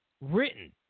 written